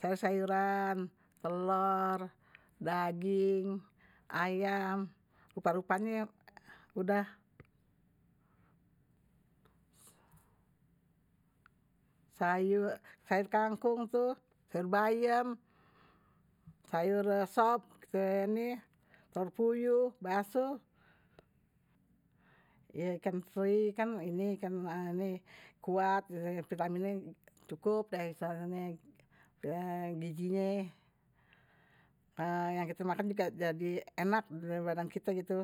sayur-sayuran, telur, daging, ayam rupa rupanye udah sayur sayur kangkung, sayur bayam, sayur sop telor puyuh, basuh, ikan teri, kuat, vitaminnye cukup dari seharusnya gizinye yang kite makan juga jadi enak daripada dibadan kite gitu.